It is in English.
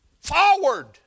forward